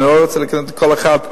אני לא רוצה להיכנס לכל אחד,